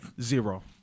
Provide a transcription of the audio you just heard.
zero